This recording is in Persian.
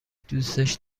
دوستش